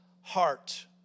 heart